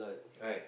right